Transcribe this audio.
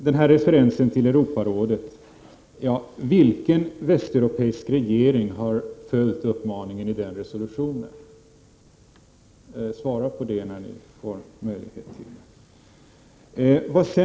Beträffande referensen till Europarådet: Vilken västeuropeisk regering har följt uppmaningen i den resolutionen? Svara på det när ni får möjlighet till det.